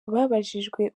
babajijwe